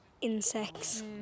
insects